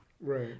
Right